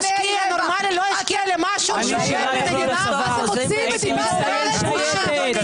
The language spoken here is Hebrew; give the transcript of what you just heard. הייתי מצטיין שייטת.